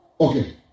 Okay